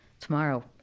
tomorrow